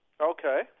Okay